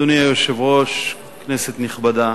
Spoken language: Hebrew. אדוני היושב-ראש, כנסת נכבדה,